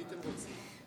הייתם רוצים.